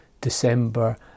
December